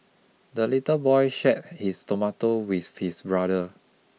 the little boy share his tomato with his brother